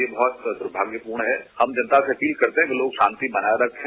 यह बहुत दुर्भाग्यपूर्ण है हम जनता से अपील करते है कि लोग शांति बनाये रखे